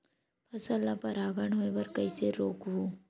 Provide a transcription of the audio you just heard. फसल ल परागण होय बर कइसे रोकहु?